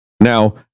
Now